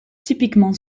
typiquement